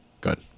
good